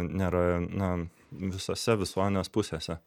nėra na visose visuomenės pusėse